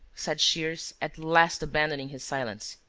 said shears, at last abandoning his silence,